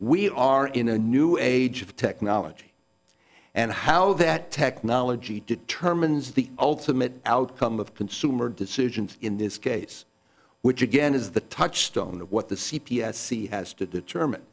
we are in a new age of technology and how that technology determines the ultimate outcome of consumer decisions in this case which again is the touchstone of what the c p s has to determine